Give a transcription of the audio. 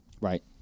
Right